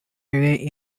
away